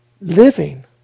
living